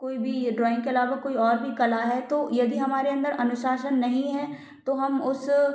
कोई भी ये ड्राॅइंग के अलावा कोई और भी कला है तो यदि हमारे अंदर अनुशासन नहीं है तो हम उस